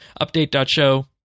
update.show